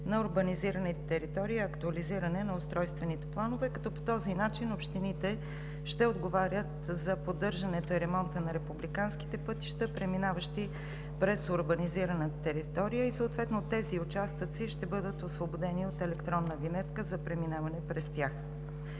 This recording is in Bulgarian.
на урбанизираните територии и актуализиране на устройствените планове, като по този начин общините ще отговарят за поддържането и ремонта на републиканските пътища, преминаващи през урбанизираната територия и съответно тези участъци ще бъдат освободени от електронна винетка за преминаване през тях.